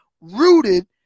rooted